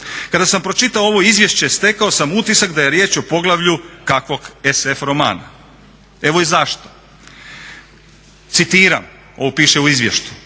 Kada sam pročitao ovo izvješće stekao sam utisak da je riječ o poglavlju kakvog SF romana. Evo i zašto, citiram, ovo piše u izvješću: